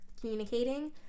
communicating